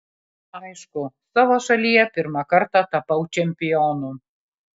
aišku savo šalyje pirmą kartą tapau čempionu